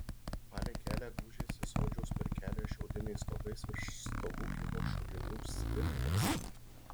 palei kelią gūžėsi sodžiaus pirkelės šiaudiniais stogais virš stogų kilo šulinių svirtys